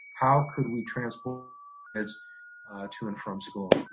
how could we transport kids to and from school.